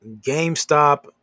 GameStop